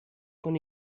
con